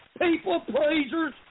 people-pleasers